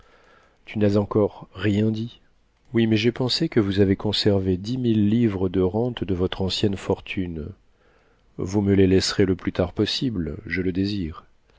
tu n'as encore rien dit oui mais j'ai pensé que vous avez conservé dix mille livres de rente de votre ancienne fortune vous me les laisserez le plus tard possible je le désire